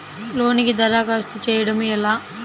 లోనుకి దరఖాస్తు చేయడము ఎలా?